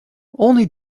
only